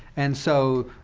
and so,